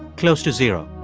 close to zero